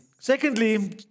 Secondly